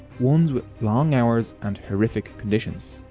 ones with long hours and horrific conditions.